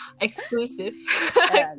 Exclusive